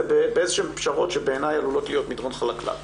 באיזה שהן פשרות שבעיניי עלולות להיות מדרון חלקלק.